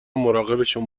مراقبشون